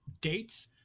dates